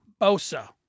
Bosa